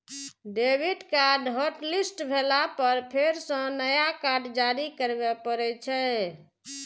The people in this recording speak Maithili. डेबिट कार्ड हॉटलिस्ट भेला पर फेर सं नया कार्ड जारी करबे पड़ै छै